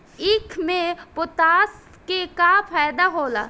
ईख मे पोटास के का फायदा होला?